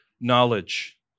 knowledge